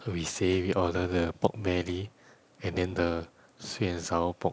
we say we order the pork belly and then the sweet and sour pork